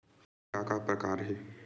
के का का प्रकार हे?